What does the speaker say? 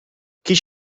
kies